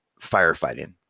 firefighting